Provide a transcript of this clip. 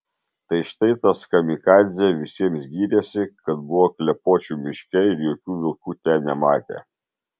tai štai tas kamikadzė visiems gyrėsi kad buvo klepočių miške ir jokių vilkų ten nematė